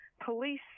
police